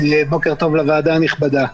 בוקר טוב לוועדה הנכבדה.